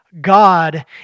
God